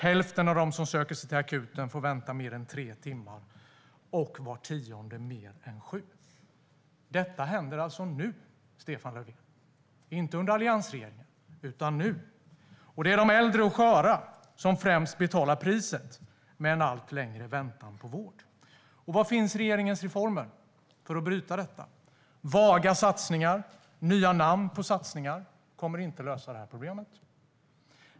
Hälften av dem som söker sig till akuten får vänta mer än tre timmar och var tionde mer än sju timmar. Detta händer alltså nu, Stefan Löfven - inte under alliansregeringen utan nu. Det är de äldre och sköra som främst betalar priset med en allt längre väntan på vård. Var finns regeringens reformer för att bryta det här? Vaga satsningar och nya namn på satsningar kommer inte att lösa problemet.